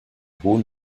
hohen